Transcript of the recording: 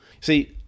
See